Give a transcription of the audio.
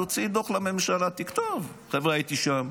תוציא דוח לממשלה, תכתוב, חבר'ה, הייתי שם,